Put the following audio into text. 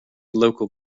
local